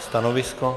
Stanovisko?